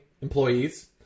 employees